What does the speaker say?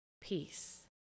peace